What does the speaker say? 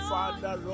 Father